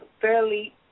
fairly